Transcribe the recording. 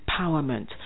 empowerment